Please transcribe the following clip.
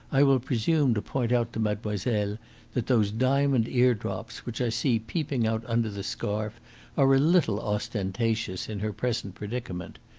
i will presume to point out to mademoiselle that those diamond eardrops which i see peeping out under the scarf are a little ostentatious in her present predicament.